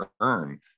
earn